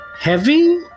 heavy